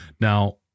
Now